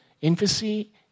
infancy